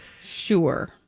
Sure